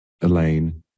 elaine